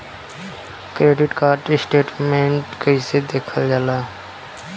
Credit card statement कइसे देखल जाला?